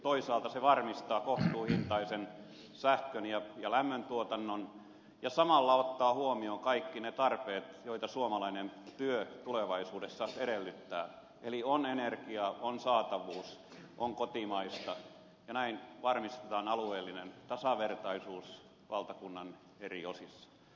toisaalta se varmistaa kohtuuhintaisen sähkön ja lämmöntuotannon ja samalla ottaa huomioon kaikki ne tarpeet joita suomalainen työ tulevaisuudessa edellyttää eli on energiaa on saatavuus on kotimaista ja näin varmistetaan alueellinen tasavertaisuus valtakunnan eri osissa